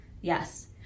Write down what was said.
Yes